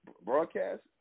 Broadcast